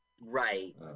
Right